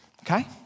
Okay